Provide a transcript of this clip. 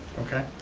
okay.